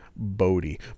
Bodhi